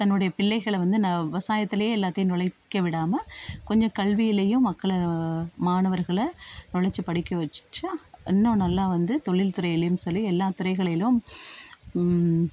தன்னுடைய பிள்ளைகளை வந்து நான் விவசாயத்தில் எல்லாத்தையும் நொழைக்க விடாமல் கொஞ்சம் கல்வியிலேயும் மக்களை மாணவர்கள நொழைச்சி படிக்க வச்சால் இன்னும் நல்லா வந்து தொழில் துறையிலேயும் சரி எல்லா துறைகளிலும்